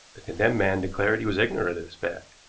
the condemned man declared he was ignorant of this fact,